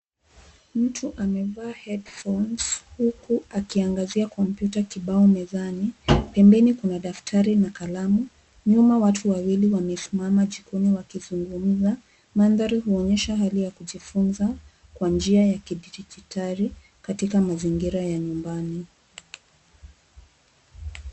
Mtu amevaa headphones huku akiangazia kompyuta kibao mezani. Pembeni kuna daftari na kalamu. Nyuma watu wawili wamesimama jikoni wakizungumza. Mandhari huonyesha hali ya kujifunza kwa njia ya kidijitali katika mazingira ya nyumbani.